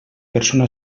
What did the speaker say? persona